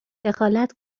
دخالت